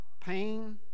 pain